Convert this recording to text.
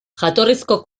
jatorrizko